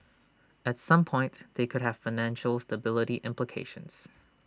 at some point they could have financial stability implications